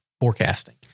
forecasting